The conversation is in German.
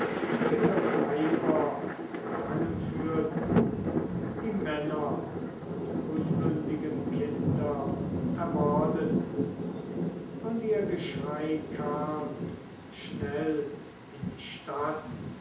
ihre weiber gefangen führten die männer und unmündigen kinder ermordeten und ihr geschrei kam schnell in die stadt